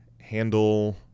handle